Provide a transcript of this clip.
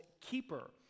keeper